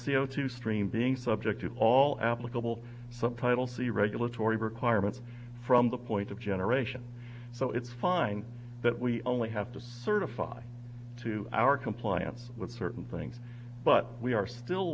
c o two stream being subject to all applicable subtitle c regulatory requirements from the point of generation so it's fine that we only have to certify to our compliance with certain things but we are still